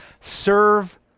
Serve